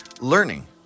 Learning